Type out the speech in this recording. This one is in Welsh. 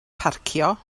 parcio